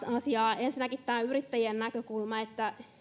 asiaa ensinnäkin tämä yrittäjien näkökulma